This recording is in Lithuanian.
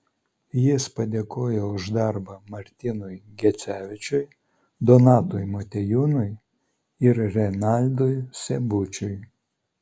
jis padėkojo už darbą martynui gecevičiui donatui motiejūnui ir renaldui seibučiui